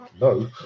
no